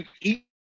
eat